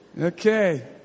Okay